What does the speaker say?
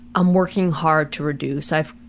i'm working hard to reduce. i've.